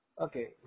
okay